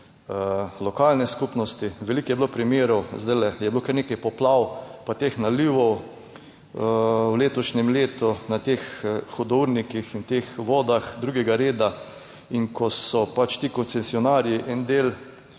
lokalne skupnosti. Veliko je bilo primerov, zdajle je bilo kar nekaj poplav pa teh nalivov v letošnjem letu na teh hudournikih in teh vodah drugega reda in ko so pač ti koncesionarji en del